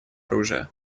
оружия